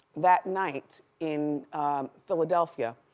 that night in philadelphia,